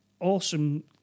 awesome